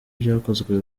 ibyakozwe